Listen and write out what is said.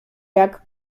jak